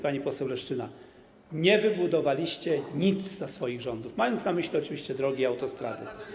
Pani poseł Leszczyna - nie wybudowaliście nic za swoich rządów, mam na myśli oczywiście drogi, autostrady.